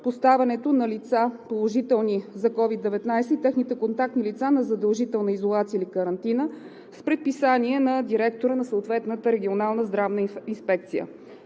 поставянето на лица, положителни за COVID-19, и техните контактни лица на задължителна изолация или карантина с предписание на директора на съответната регионална здравна инспекция.